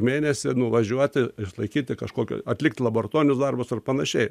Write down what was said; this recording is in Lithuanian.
mėnesį nuvažiuoti išlaikyti kažkokį atlikt laboratonius darbus ar panašiai